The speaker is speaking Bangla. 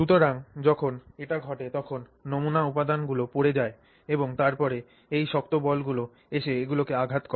সুতরাং যখন এটি ঘটে তখন নমুনা উপাদানগুলি পড়ে যায় এবং তারপরে এই শক্ত বলগুলি এসে এগুলোকে আঘাত করে